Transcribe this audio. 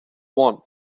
want